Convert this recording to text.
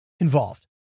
involved